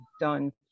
done